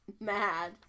mad